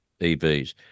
EVs